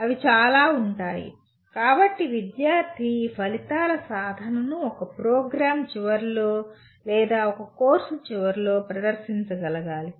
అవి చాలా ఉంటాయి కాబట్టి విద్యార్థి ఈ ఫలితాల సాధనను ఒక ప్రోగ్రామ్ చివరిలో లేదా ఒక కోర్సు చివరిలో ప్రదర్శించగలగాలి